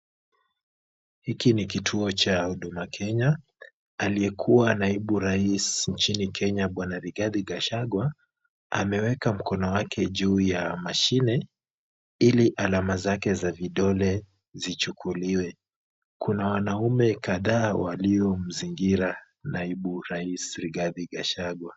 Hiki ni kituo cha Huduma Kenya. Aliyekuwa naibu rais nchini Kenya Bwana Rigathi Gachagua, ameweka mkono wake juu ya mashine ili alama zake za vidole zichukuliwe. Kuna wanaume kadhaa waliomzingira naibu rais Rigathi Gachagua.